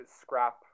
scrap